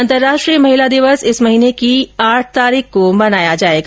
अंतर्राष्ट्रीय महिला दिवस इस महीने की आठ तारीख को मनाया जाएगा